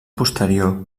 posterior